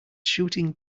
shooting